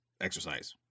exercise